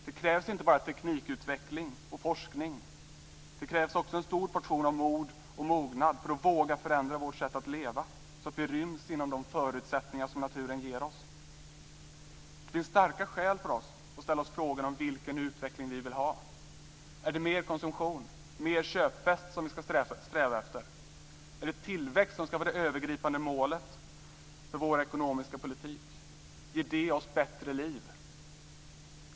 Det krävs inte bara teknikutveckling och forskning, det krävs också en stor portion av mod och mognad för att våga förändra vårt sätt att leva så att vi ryms inom de förutsättningar som naturen ger oss. Det finns starka skäl för oss att ställa frågan vilken utveckling vi vill ha. Är det mer konsumtion, mer köpfest, som vi ska sträva efter? Är det tillväxt som ska vara det övergripande målet för vår ekonomiska politik? Ger det oss ett bättre liv?